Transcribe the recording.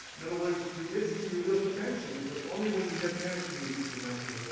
in other words, you're missing your real potential, because only when you get married can you reach your maximum but